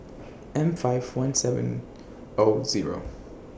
M five one seven O Zero